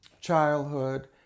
childhood